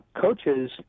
coaches